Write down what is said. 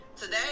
today